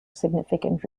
significant